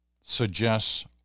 suggests